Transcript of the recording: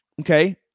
okay